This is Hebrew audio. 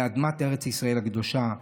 לאדמת ארץ ישראל הקדושה.